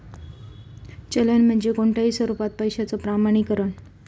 चलन म्हणजे कोणताही स्वरूपात पैशाचो प्रमाणीकरण